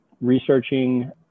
researching